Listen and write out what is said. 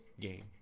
game